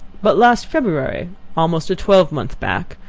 but last february, almost a twelvemonth back,